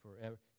forever